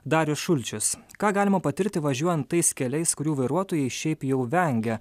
darius šulčius ką galima patirti važiuojant tais keliais kurių vairuotojai šiaip jau vengia